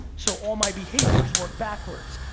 so, all my behaviors work backwards.